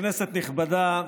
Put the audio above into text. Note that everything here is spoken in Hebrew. כנסת נכבדה,